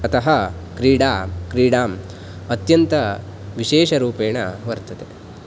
अतः क्रीडा क्रीडाम् अत्यन्तविशेषरूपेण वर्तते